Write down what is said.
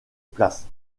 place